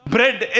Bread